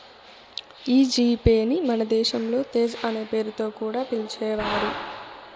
ఈ G Pay ని మన దేశంలో తేజ్ అనే పేరుతో కూడా పిలిచేవారు